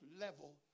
level